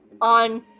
on